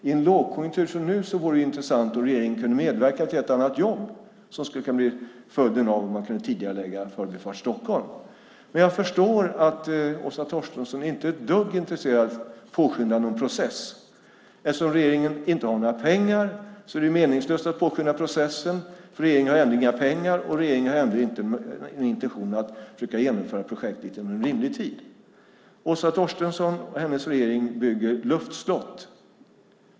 I en lågkonjunktur som denna vore det intressant om regeringen kunde medverka till ett och ett annat jobb som skulle kunna bli följden av en tidigarelagd Förbifart Stockholm. Jag förstår att Åsa Torstensson inte är ett dugg intresserad av att påskynda någon process. Eftersom regeringen inte har några pengar är det meningslöst att påskynda processen. Regeringen har inte någon intention att genomföra projektet inom rimlig tid. Åsa Torstensson och regeringen bygger luftslott.